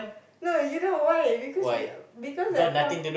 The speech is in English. no you know why because we because that point of